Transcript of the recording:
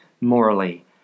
morally